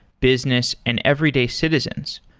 business and everyday citizens.